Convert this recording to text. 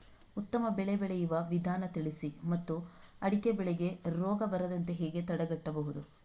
ಉತ್ತಮ ಬೆಳೆ ಬೆಳೆಯುವ ವಿಧಾನ ತಿಳಿಸಿ ಮತ್ತು ಅಡಿಕೆ ಬೆಳೆಗೆ ರೋಗ ಬರದಂತೆ ಹೇಗೆ ತಡೆಗಟ್ಟಬಹುದು?